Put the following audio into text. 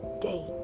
day